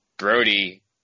Brody